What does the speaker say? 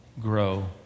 grow